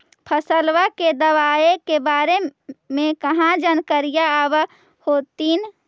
फसलबा के दबायें के बारे मे कहा जानकारीया आब होतीन?